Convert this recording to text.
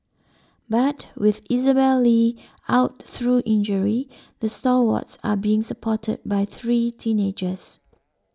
but with Isabelle Li out through injury the stalwarts are being supported by three teenagers